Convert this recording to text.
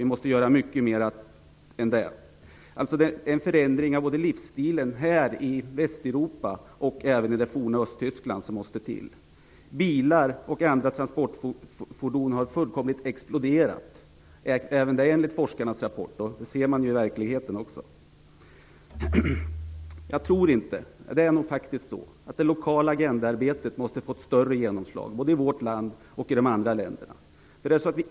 Vi måste göra mycket mer än det. En förändring av livsstil både här i Västeuropa och i det forna Östtyskland måste till. Antalet bilar och andra transportfordon har fullkomligt exploderat, även det enligt forskarnas rapport, och det ser man ju i verkligheten också. Det är nog faktiskt så att det lokala Agenda 21 arbetet måste få ett större genomslag, både i vårt land och i de andra länderna.